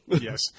Yes